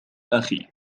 أخي